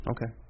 Okay